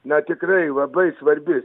na tikrai labai svarbi